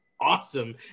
Awesome